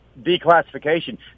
declassification